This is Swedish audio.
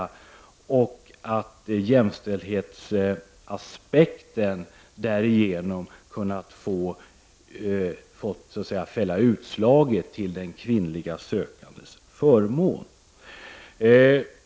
Därigenom har ju jämställdhetsaspekten kunnat vara utslagsgivande, till den kvinnliga sökandens förmån.